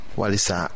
walisa